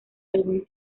algún